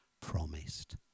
promised